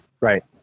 right